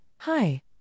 Hi